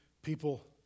people